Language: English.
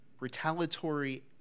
retaliatory